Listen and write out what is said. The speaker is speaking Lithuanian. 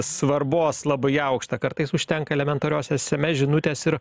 svarbos labai aukštą kartais užtenka elementarios sms žinutės ir